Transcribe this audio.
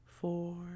four